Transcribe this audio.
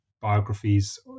biographies